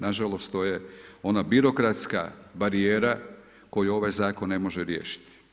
Nažalost, to je ona birokratska barijera koju ovaj Zakon ne može riješiti.